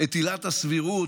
את עילת הסבירות,